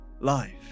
life